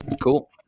Cool